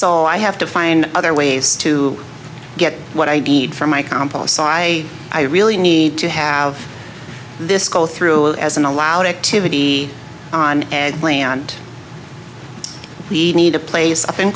so i have to find other ways to get what i need from my compost so i i really need to have this go through as an allowed activity on eggplant we need a place up in